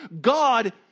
God